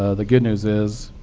ah the good news is,